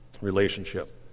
relationship